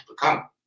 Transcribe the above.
become